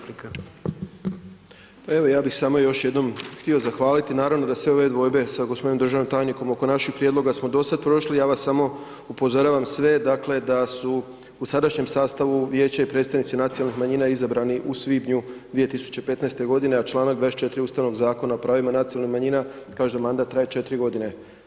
Pa evo ja bi samo još jednom htio zahvaliti, naravno da sve ove dvojbe sa gospodinom državnim tajnikom oko naših prijedloga, smo do sad prošli, ja vas samo upozoravam sve, dakle, da su u sadašnjem sastavu Vijeća i predstavnici nacionalnih manjina izabrani u svibnju 2015. godine, a članak 24. ustavnog Zakona o pravima nacionalnih manjina, kaže da mandat traje četiri godine.